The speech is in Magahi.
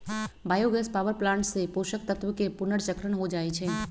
बायो गैस पावर प्लांट से पोषक तत्वके पुनर्चक्रण हो जाइ छइ